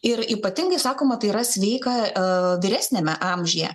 ir ypatingai sakoma tai yra sveika vyresniame amžiuje